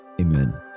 Amen